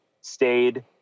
stayed